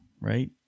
right